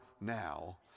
now